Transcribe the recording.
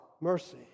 mercy